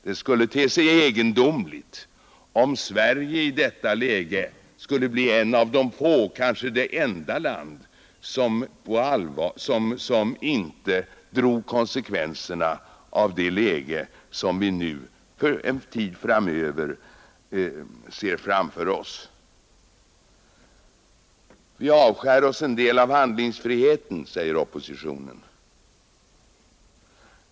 Det skulle te sig egendomligt om Sverige skulle bli ett av de få länder, kanske det enda land, som inte drog konsekvenserna av den situation som vi nu en tid framöver befinner oss i. Oppositionen säger att vi genom denna begränsning avskär oss en del av handlingsfriheten.